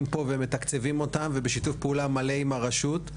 פה ומתקצבים אותם ובשיתוף פעולה מלא עם הרשות.